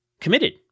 committed